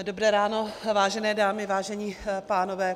Dobré ráno, vážené dámy, vážení pánové.